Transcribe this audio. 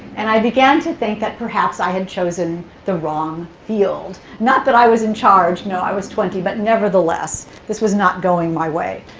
and i began to think that perhaps i had chosen the wrong field. not that i was in charge, no. i was twenty. but nevertheless, this was not going my way.